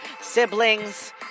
Siblings